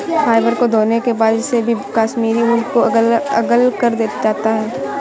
fibre को धोने के बाद इसमे से कश्मीरी ऊन को अलग करा जाता है